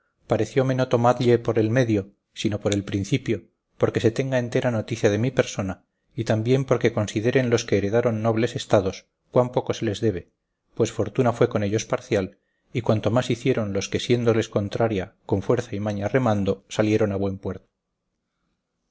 extenso parecióme no tomalle por el medio sino por el principio porque se tenga entera noticia de mi persona y también porque consideren los que heredaron nobles estados cuán poco se les debe pues fortuna fue con ellos parcial y cuánto más hicieron los que siéndoles contraria con fuerza y maña remando salieron a buen puerto